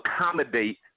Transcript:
accommodate